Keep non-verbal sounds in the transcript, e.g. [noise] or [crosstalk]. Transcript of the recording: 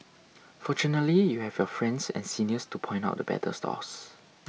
[noise] fortunately you have your friends and seniors to point out the better stalls